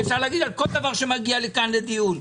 על כל דבר שמגיע לכאן לדיון.